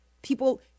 People